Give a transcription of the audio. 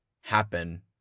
happen